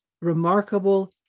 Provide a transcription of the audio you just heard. remarkable